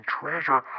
treasure